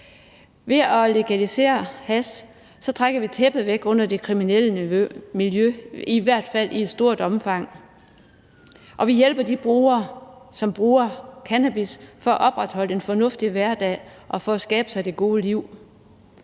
Ved at legalisere hash trækker vi tæppet væk under det kriminelle miljø, i hvert fald i et stort omfang. Og vi hjælper de brugere, som bruger cannabis for at opretholde en fornuftig hverdag og for at skabe sig det gode liv.